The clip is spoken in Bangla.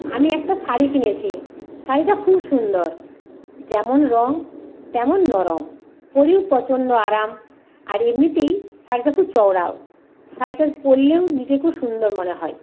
আমি একটা শাড়ি কিনেছি শাড়িটা খুব সুন্দর যেমন রঙ তেমন নরম পরেও প্রচণ্ড আরাম আর এমনিতেই শাড়িটা খুব চওড়াও শাড়িটা পরলেও নিজেকে খুব সুন্দর মনে হয়